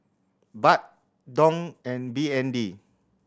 Baht Dong and B N D